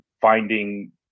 finding